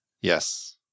Yes